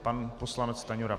Pan poslanec Stanjura.